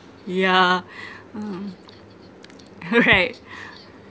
yeah um correct